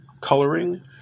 coloring